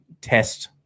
test